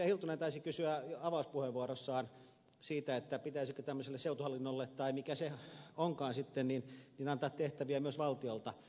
hiltunen taisi kysyä avauspuheenvuorossaan siitä pitäisikö tämmöiselle seutuhallinnolle tai mikä se onkaan antaa tehtäviä myös valtiolta